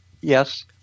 Yes